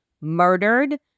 murdered